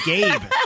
Gabe